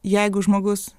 jeigu žmogus